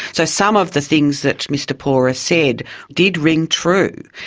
so some of the things that mr pora said did ring true.